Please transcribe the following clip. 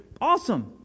awesome